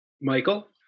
Michael